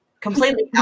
Completely